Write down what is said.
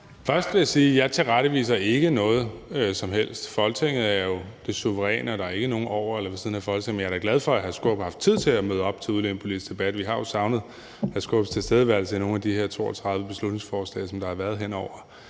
Først vil jeg sige, at jeg ikke tilretteviser nogen som helst. Folketinget er jo suverænt. Der er ikke nogen over eller ved siden af Folketinget. Men jeg er da glad for, at hr. Peter Skaarup har haft tid til at møde op til udlændingepolitisk debat. Vi har jo savnet hr. Peter Skaarups tilstedeværelse i nogle af de her 32 beslutningsforslag, som der har været hen over